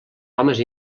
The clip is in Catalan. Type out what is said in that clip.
homes